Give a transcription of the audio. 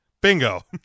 Bingo